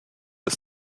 ist